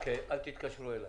כאל תתקשרו אליי.